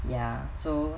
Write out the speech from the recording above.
ya so